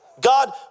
God